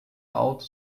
alto